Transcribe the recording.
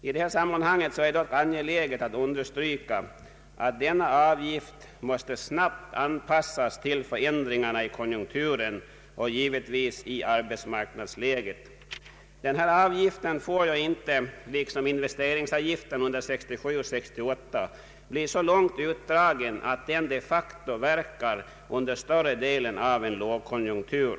I det här sammanhanget är det dock angeläget att understryka att denna avgift snabbt måste anpassas till förändringarna i konjunkturen och i arbetsmarknadsläget. Avgiften får inte — liksom investeringsavgiften under 1967 och 1968 — bli så långt utdragen att den de facto verkar under större delen av en lågkonjunktur.